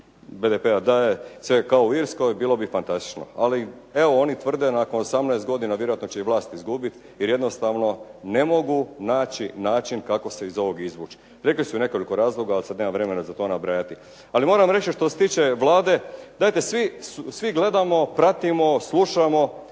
BDP-a, da je sve kao u Irskoj bilo bi fantastično. Ali oni tvrde nakon 18 godina, vjerojatno će vlast i izgubiti, jer jednostavno ne mogu naći način kako se iz ovoga izvući. Rekli su nekoliko razloga, ali sada nemam vremena za to nabrajati. Ali moram reći što se tiče Vlade. Dajte svi gledamo, pratimo, slušamo